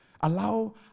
Allow